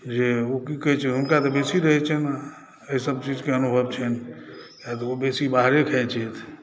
जे ओ की कहैत छै हुनका तऽ बेसी रहैत छनि एहिसभ चीजकेँ अनुभव छनि किआ तऽ ओ बेसी बाहरे खाइत छथि